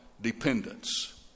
dependence